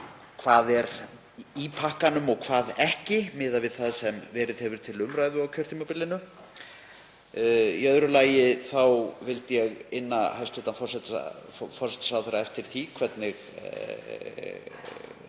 hvað er í pakkanum og hvað ekki, miðað við það sem verið hefur til umræðu á kjörtímabilinu. Í öðru lagi vildi ég inna hæstv. forsætisráðherra eftir því hvernig